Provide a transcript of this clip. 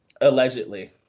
Allegedly